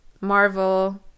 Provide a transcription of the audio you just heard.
marvel